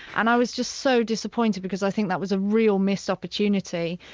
and i was just so disappointed because i think that was a real missed opportunity,